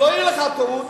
שלא תהיה לך טעות,